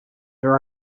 there